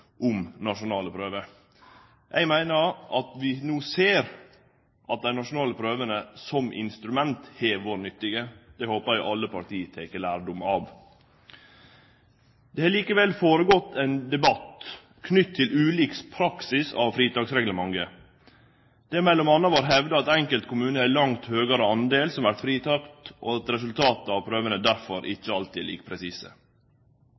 om nasjonale prøver. Eg meiner at vi no ser at dei nasjonale prøvene som instrument har vore nyttige. Det håper eg alle parti tek lærdom av. Det har likevel gått føre seg ein debatt knytt til ulik praksis av fritaksreglementet. Det har m.a. vore hevda at det i enkelte kommunar er langt fleire som vert fritekne, og at resultata av prøvene derfor ikkje alltid er like presise.